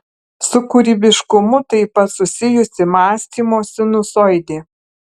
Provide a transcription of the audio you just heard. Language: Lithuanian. su kūrybiškumu taip pat susijusi mąstymo sinusoidė